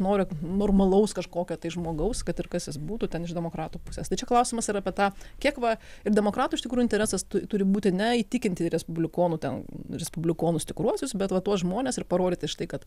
noriu normalaus kažkokio tai žmogaus kad ir kas jis būtų ten iš demokratų pusės tai čia klausimas yra apie tą kiek va ir demokratų iš tikrųjų interesas turi būti ne įtikinti respublikonų ten respublikonus tikruosius bet va tuos žmones ir parodyti štai kad